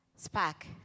Spark